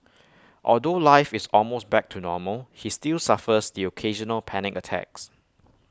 although life is almost back to normal he still suffers the occasional panic attacks